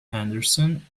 andersson